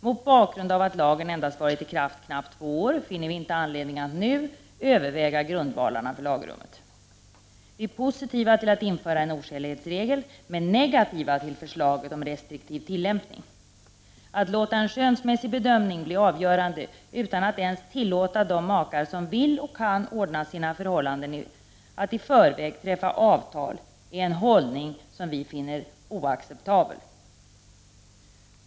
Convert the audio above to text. Mot bakgrund av att lagen endast varit i kraft knappt två år finner vi inte anledning att nu överväga grundvalarna för lagrummet. Vi är positiva till att införa en oskälighetsregel, men negativa till förslaget om restriktiv tillämpning. Att låta en skönsmässig bedömning bli avgörande utan att ens tillåta de makar som vill och kan ordna sina förhållanden att i förväg träffa avtal är en hållning som vi finner oacceptabel.